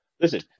listen